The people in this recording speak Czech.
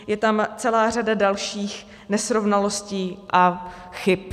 Je tam celá řada dalších nesrovnalostí a chyb.